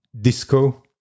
disco